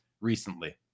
recently